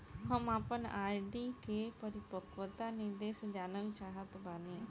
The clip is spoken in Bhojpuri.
हम आपन आर.डी के परिपक्वता निर्देश जानल चाहत बानी